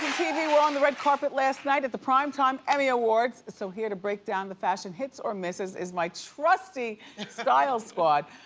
tv were on the red carpet last night at the primetime emmy awards. so, here to break down the fashion hits or misses, is my trusty style squad.